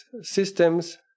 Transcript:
systems